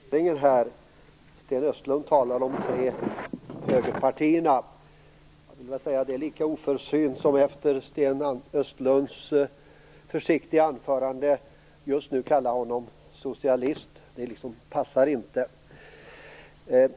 Herr talman! Först vill jag ta upp etiketteringen. Sten Östlund talar om de tre högerpartierna. Då vill jag säga att det är lika oförsynt som att efter Sten Östlunds försiktiga anförande kalla honom för socialist. Det liksom passar inte.